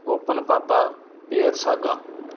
open papa pear saga